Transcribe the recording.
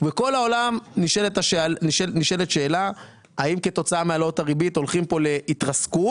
בכל העולם נשאלת שאלה האם כתוצאה מהעלאת הריבית הולכים פה להתרסקות,